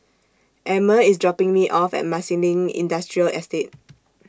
Emmer IS dropping Me off At Marsiling Industrial Estate